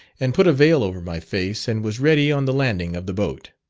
and put a veil over my face, and was ready on the landing of the boat.